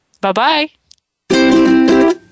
Bye-bye